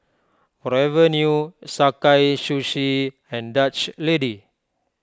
Forever New Sakae Sushi and Dutch Lady